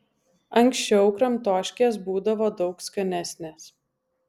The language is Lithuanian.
anksčiau kramtoškės būdavo daug skanesnės